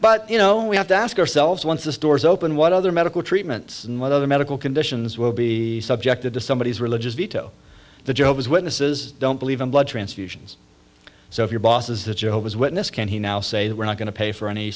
but you know we have to ask ourselves once the stores open what other medical treatments and what other medical conditions will be subjected to somebody is religious veto the job as witnesses don't believe in blood transfusions so if your boss's job was witness can he now say that we're not going to pay for any